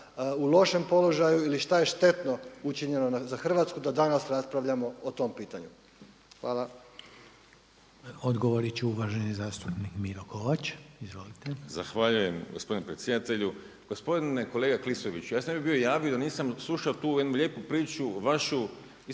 u lošem položaju ili šta je štetno učinjeno za Hrvatsku da danas raspravljamo o tom pitanju? Hvala. **Reiner, Željko (HDZ)** Odgovorit će uvaženi zastupnik Miro Kovač. **Kovač, Miro (HDZ)** Zahvaljujem gospodine predsjedatelju. Gospodine kolega Klisoviću, ja se ne bi bio javio da nisam slušao tu jednu lijepu priču vašu